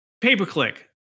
pay-per-click